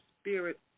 spirit